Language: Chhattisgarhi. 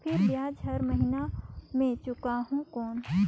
फिर ब्याज हर महीना मे चुकाहू कौन?